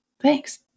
Thanks